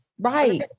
Right